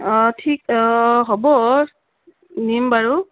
অঁ ঠিক অঁ হ'ব নিম বাৰু